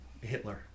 Hitler